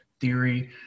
theory